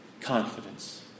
confidence